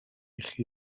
chi